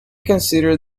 consider